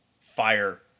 fire